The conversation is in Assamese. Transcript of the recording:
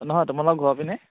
নহয় তোমালোকৰ ঘৰৰ পিনে